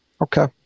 Okay